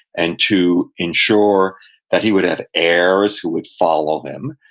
and to ensure that he would have heirs who would follow him,